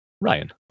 Ryan